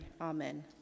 Amen